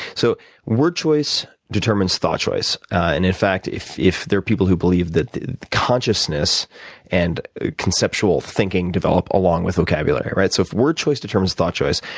so word choice determines thought choice. and in fact, if if there are people who believe that the consciousness and conceptual thinking develop along with vocabulary so if word choice determines thought choice,